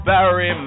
Barry